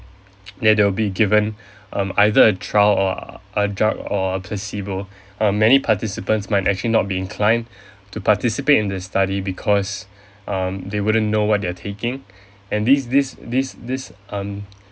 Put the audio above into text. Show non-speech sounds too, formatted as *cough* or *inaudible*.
*noise* where they'll be given *breath* um either a trial or a drug or a placebo *breath* um many participants might actually not be inclined *breath* to participate in the study because *breath* um they wouldn't know what they are taking *breath* and these these these these um